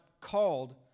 called